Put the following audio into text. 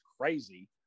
crazy